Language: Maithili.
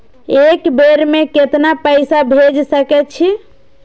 एक बेर में केतना पैसा भेज सके छी?